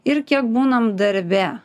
ir kiek būnam darbe